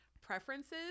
preferences